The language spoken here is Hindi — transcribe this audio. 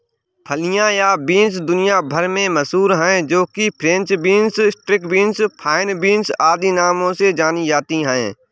फलियां या बींस दुनिया भर में मशहूर है जो कि French beans, string beans, fine beans आदि नामों से जानी जाती है